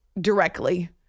directly